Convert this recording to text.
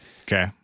Okay